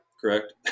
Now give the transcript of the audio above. correct